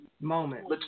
moment